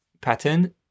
pattern